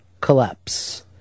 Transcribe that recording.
collapse